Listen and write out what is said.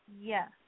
Yes